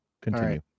Continue